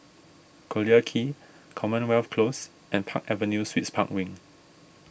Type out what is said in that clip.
Collyer Quay Commonwealth Close and Park Avenue Suites Park Wing